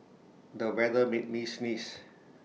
the weather made me sneeze